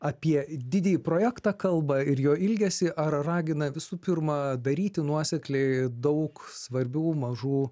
apie didįjį projektą kalba ir jo ilgesį ar ragina visų pirma daryti nuosekliai daug svarbių mažų